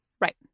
Right